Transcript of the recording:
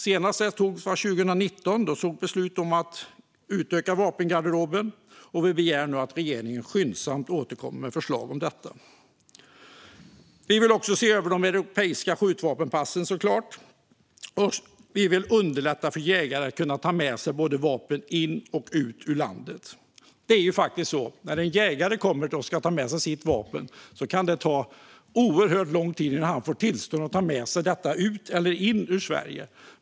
Senast ett beslut togs om att utöka vapengarderoben var 2019. Vi begär nu att regeringen skyndsamt återkommer med förslag om detta. Vi vill såklart också se över de europeiska skjutvapenpassen och underlätta för jägare att ta med sig vapen både in i och ut ur landet. För en jägare kan det ta oerhört lång tid innan han får tillstånd att ta med sig sitt vapen in i eller ut ur Sverige.